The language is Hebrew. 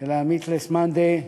של ה-Meatless Monday,